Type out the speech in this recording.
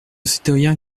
citoyen